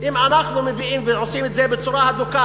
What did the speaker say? אם אנחנו מביאים ועושים את זה בצורה הדוקה,